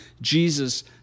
Jesus